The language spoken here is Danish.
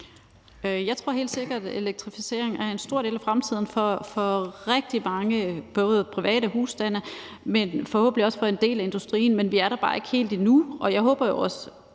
Jeg tror helt sikkert, at elektrificering er en stor del af fremtiden for rigtig mange private husstande, men forhåbentlig også for en del af industrien – men vi er der bare ikke helt endnu. Jeg håber jo også,